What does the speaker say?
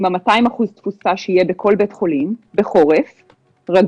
עם 200% תפוסה שיהיה בכל בית חולים בחורף רגיל,